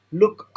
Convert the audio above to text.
look